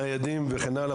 ניידים וכן הלאה,